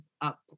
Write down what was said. up